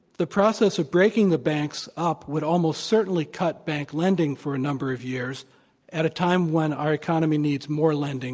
the process of breaking the banks up would almost certainly cut bank lending for a number of years at a time when our economy needs more lending,